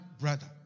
brother